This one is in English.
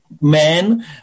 man